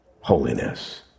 holiness